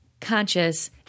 conscious